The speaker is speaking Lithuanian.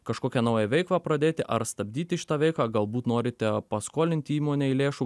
kažkokią naują veiklą pradėti ar stabdyti šitą veiklą galbūt norite paskolinti įmonei lėšų